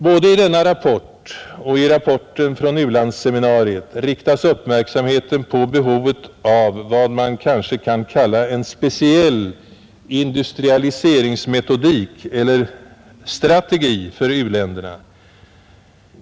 Både i denna rapport och i rapporten från u-landsseminariet riktas uppmärksamheten på behovet av vad man kanske kan kalla en speciell industrialiseringsmetodik eller strategi för u-länderna.